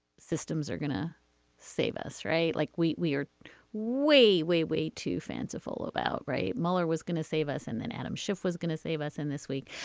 systems are gonna save us right. like we we are way, way, way too fanciful about. right. mueller was gonna save us and then adam schiff was gonna save us in this week.